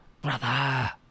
brother